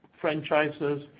franchises